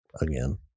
again